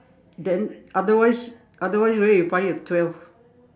then otherwise otherwise where you find your twelve